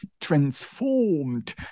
transformed